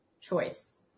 choice